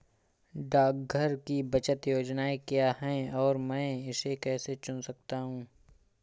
डाकघर की बचत योजनाएँ क्या हैं और मैं इसे कैसे चुन सकता हूँ?